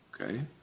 Okay